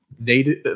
native